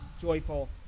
joyful